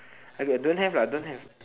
I got don't have lah don't have